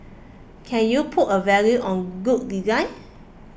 can you put a value on good design